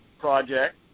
project